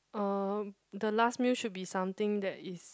uh the last meal should be something that is